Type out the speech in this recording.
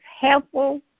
helpful